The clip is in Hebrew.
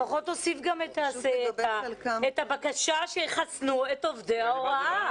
לפחות תוסיף את הבקשה שיחסנו את עובדי ההוראה,